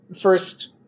first